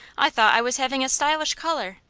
i thought i was having a stylish caller.